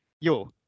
Yo